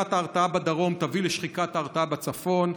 ששחיקת ההרתעה בדרום תביא לשחיקת ההרתעה בצפון.